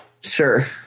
Sure